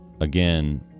again